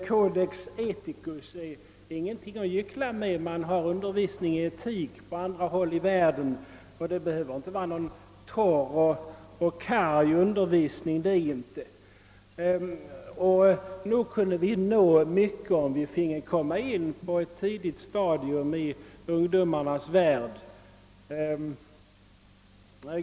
Codex ethicus är ingenting att hyckla med; undervisning i etik förekommer på andra håll i världen också, och sådan undervisning behöver inte vara torr och karg. Nog skulle vi kunna uppnå mycket, om vi på ett tidigt stadium kunde föra in denna etik i ungdomarnas värld.